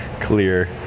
clear